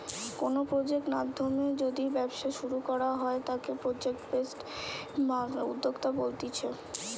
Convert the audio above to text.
কোনো প্রজেক্ট নাধ্যমে যদি ব্যবসা শুরু করা হয় তাকে প্রজেক্ট বেসড উদ্যোক্তা বলতিছে